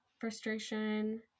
frustration